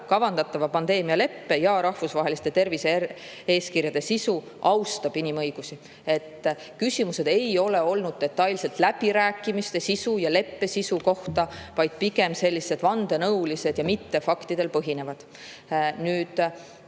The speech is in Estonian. pandeemialeppe ja rahvusvaheliste tervise-eeskirjade sisu austab inimõigusi. Küsimused ei ole olnud detailselt läbirääkimiste sisu ja leppe sisu kohta, vaid pigem sellised vandenõulised ja mitte faktidel põhinevad. Kuna